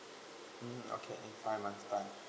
mm okay find my time